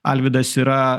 alvydas yra